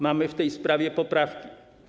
Mamy w tej sprawie poprawki.